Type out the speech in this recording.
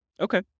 Okay